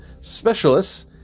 specialists